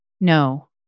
no